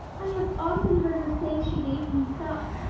i have often heard her say she gave me suck,